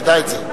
תדע את זה.